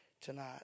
tonight